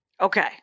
Okay